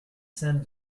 send